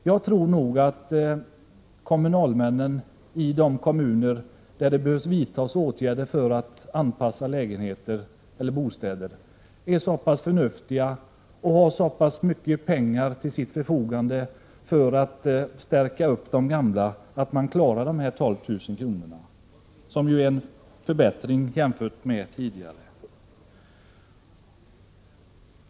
Jag tror nog att kommunalmännen är så förnuftiga och har så pass mycket pengar till sitt förfogande till förbättringar för de gamla att de klarar att få fram de 12 000 kronorna.